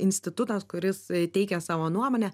institutas kuris teikia savo nuomonę